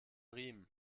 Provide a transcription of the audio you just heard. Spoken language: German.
riemen